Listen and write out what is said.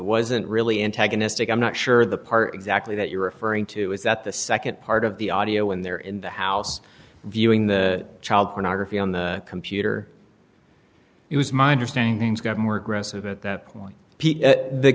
wasn't really antagonistic i'm not sure the part exactly that you're referring to is that the nd part of the audio when they're in the house viewing the child pornography on the computer it was my understanding things got more aggressive at that point the